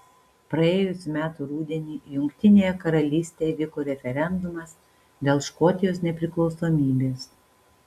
praėjusių metų rudenį jungtinėje karalystėje vyko referendumas dėl škotijos nepriklausomybės